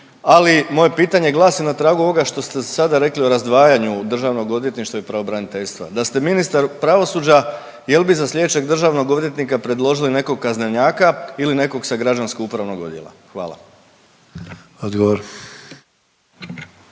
Ali, moje pitanje glasi na tragu ovoga što ste sada rekli o razdvajanju DORH-a i pravobraniteljstva. Da ste ministar pravosuđa, je li bi za sljedećeg državnog odvjetnika predložili nekog kaznenjaka ili nekog sa građansko-upravnog odjela? Hvala.